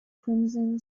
crimson